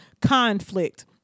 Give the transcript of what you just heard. conflict